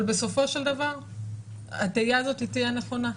אבל בסופו של דבר התהייה הזאת היא תהייה נכונה,